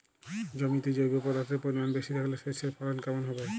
জমিতে জৈব পদার্থের পরিমাণ বেশি থাকলে শস্যর ফলন কেমন হবে?